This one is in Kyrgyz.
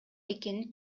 экенин